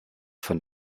von